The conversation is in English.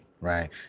right